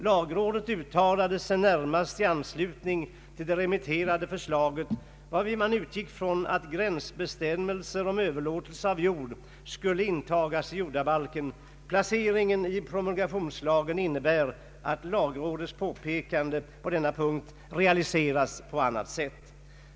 Lagrådet uttalade sig närmast i anslutning till det remitterade förslaget och utgick ifrån att gränsbestämmelser om överlåtelse av jord skulle intagas i jordabalken. Placeringen i promulgationslagen innebär att lagrådets påpekande realiseras på annat sätt.